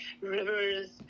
rivers